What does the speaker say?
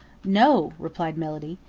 no, replied melody.